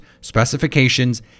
specifications